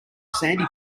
sandy